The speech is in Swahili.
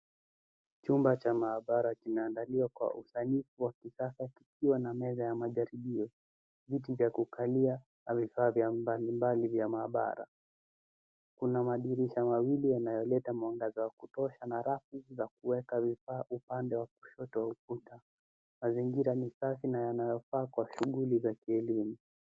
Chumba cha maabara kimeandaliwa kwa usanifu wa kisasa, kukiwa na meza ya majaribio, viti vya kukalia, na vifaa mbali mbali vya maabara. Kuna madirisha mawili yanayoleta mwangaza wa kutosha na rafu za kueka vifaa upande wa kushoto wa ukuta. Mazingira ni safi na yanayofaa kwa shughuli za kielimu.